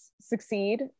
succeed